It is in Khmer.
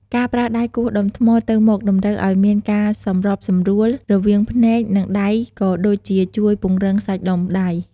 ការប្រើដៃគោះដុំថ្មទៅមកតម្រូវឱ្យមានការសម្របសម្រួលរវាងភ្នែក និងដៃក៏ដូចជាជួយពង្រឹងសាច់ដុំដៃ។